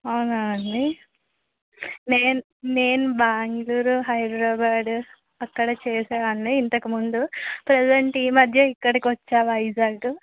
అవునా అండి నేను నేను బెంగుళూరు హైదరాబాద్ అక్కడ చేసేదాన్ని ఇంతకు ముందు ప్రెజంట్ ఈ మధ్య ఇక్కడికి వచ్చ వైజాగ్